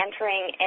entering